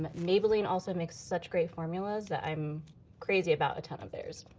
maybelline also makes such great formulas that i'm crazy about a ton of theirs.